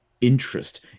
interest